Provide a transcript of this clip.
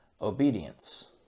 obedience